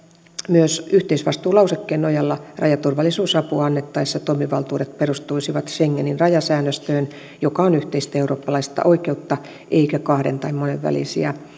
myös yhteisvastuulausekkeen nojalla rajaturvallisuusapua annettaessa toimivaltuudet perustuisivat schengenin rajasäännöstöön joka on yhteistä eurooppalaista oikeutta eikä kahden tai monenvälisiä